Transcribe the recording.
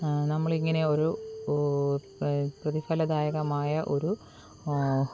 നമ്മളിങ്ങനെ ഒരു ഓ പ്രതിഫല ദായകമായ ഒരു